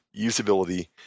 usability